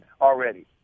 already